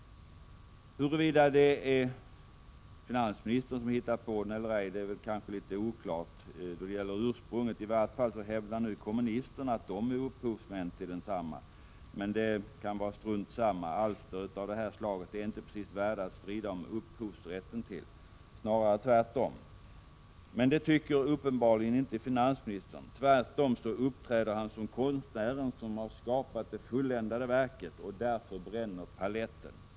Huruvida det är finansministern som hittat på den eller ej är litet oklart. I vart fall hävdar väl kommunisterna att de är upphovsmän till densamma. Strunt i det. Alster av detta slag är inte precis värda att strida om upphovsrätten till — snarare tvärtom. Men det tycker uppenbarligen inte finansministern. Tvärtom uppträder han som konstnären som skapat det fulländade verket och därför bränner paletten.